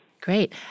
Great